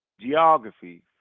geography